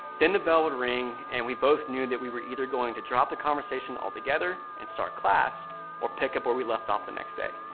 then the bell would ring, and we both knew that we were either going to drop the conversation altogether and start class or pick up where we left off the next day.